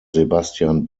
sebastian